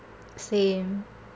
same